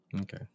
okay